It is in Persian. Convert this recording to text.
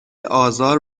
آزار